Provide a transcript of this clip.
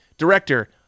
Director